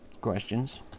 questions